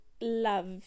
love